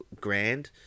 grand